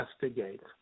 investigate